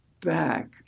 back